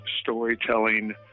storytelling